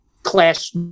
Class